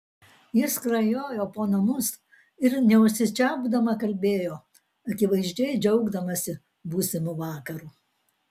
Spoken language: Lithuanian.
ji skrajojo po namus ir neužsičiaupdama kalbėjo akivaizdžiai džiaugdamasi būsimu vakaru